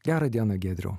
gera diena giedriau